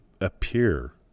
appear